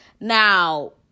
Now